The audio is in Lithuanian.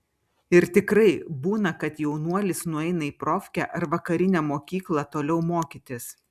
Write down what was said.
ir tikrai būna kad jaunuolis nueina į profkę ar vakarinę mokyklą toliau mokytis